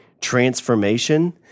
transformation